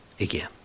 again